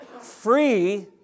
free